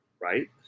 right